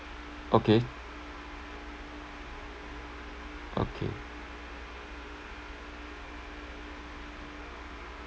okay okay